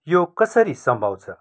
यो कसरी सम्भव छ